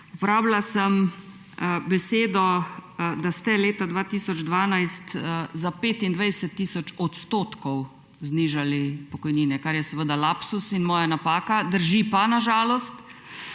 Uporabila sem besedo, da ste leta 2012 za 25 tisoč odstotkov znižali pokojnine, kar je seveda lapsus in moja napaka. Drži pa na žalost,